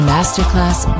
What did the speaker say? Masterclass